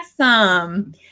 Awesome